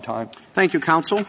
time thank you counsel